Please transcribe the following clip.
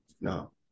no